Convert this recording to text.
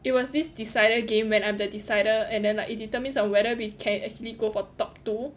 it was this decided game when I'm the decider and then like it determines on whether we can actually go for top two